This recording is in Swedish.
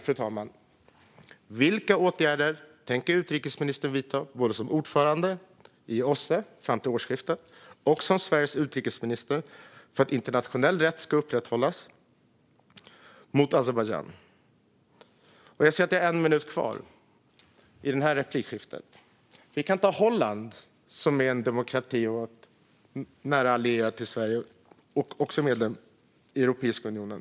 Återigen: Vilka åtgärder tänker utrikesministern vidta både som ordförande i OSSE fram till årsskiftet och som Sveriges utrikesminister för att internationell rätt ska upprätthållas mot Azerbajdzjan? Jag kan ta upp Holland, som är en demokrati och nära allierad till Sverige och också medlem i Europeiska unionen.